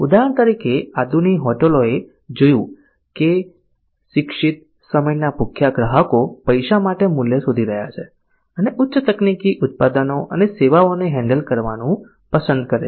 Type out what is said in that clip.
ઉદાહરણ તરીકે આદુની હોટેલોએ જોયું કે શિક્ષિત સમયના ભૂખ્યા ગ્રાહકો પૈસા માટે મૂલ્ય શોધી રહ્યા છે અને ઉચ્ચ તકનીકી ઉત્પાદનો અને સેવાઓને હેન્ડલ કરવાનું પસંદ કરે છે